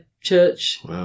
church